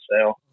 sale